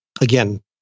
again